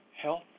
Health